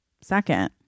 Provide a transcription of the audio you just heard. second